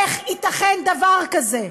איך ייתכן דבר כזה?